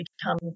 become